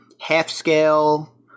half-scale